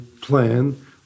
plan